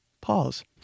pause